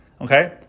okay